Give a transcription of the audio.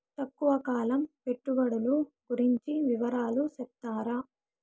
తక్కువ కాలం పెట్టుబడులు గురించి వివరాలు సెప్తారా?